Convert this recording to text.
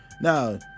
Now